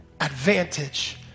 advantage